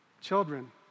children